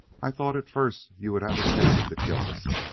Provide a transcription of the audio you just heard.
i thought at first you would have attempted to kill us.